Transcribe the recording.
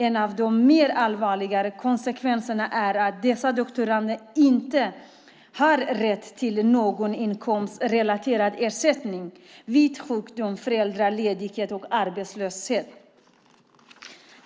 En av de mer allvarliga konsekvenserna är att dessa doktorander inte har rätt till någon inkomstrelaterad ersättning vid sjukdom, föräldraledighet och arbetslöshet.